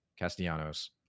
Castellanos